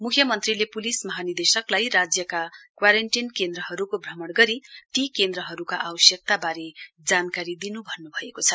मुख्यमन्त्रीले पुलिस महानिदेशकलाई राज्यका क्वारेन्टीन केन्द्रहरूको भ्रमण गरी ती केन्द्रहरूका आवश्यकताबारे जानकारी दिनु भन्नुभएको छ